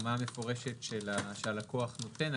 הסכמה מפורשת שהלקוח נותן.